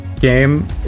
game